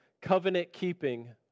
covenant-keeping